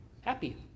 Happy